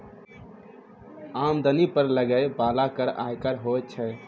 आमदनी पर लगै बाला कर आयकर होय छै